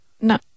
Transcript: No